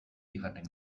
bigarren